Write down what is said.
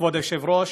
כבוד היושב-ראש,